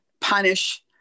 punish